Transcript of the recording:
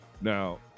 now